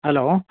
hello